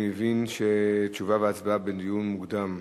אני מבין שתשובה והצבעה, בדיון מוקדם.